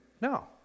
No